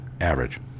average